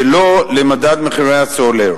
ולא למדד מחירי הסולר,